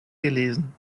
gelesen